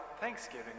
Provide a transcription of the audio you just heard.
thanksgiving